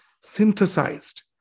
synthesized